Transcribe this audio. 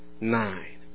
nine